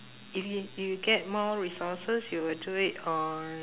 if you you get more resources you will do it on